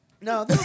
No